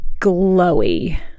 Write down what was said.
glowy